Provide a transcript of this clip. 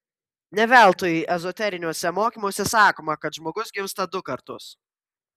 ne veltui ezoteriniuose mokymuose sakoma kad žmogus gimsta du kartus